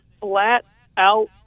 flat-out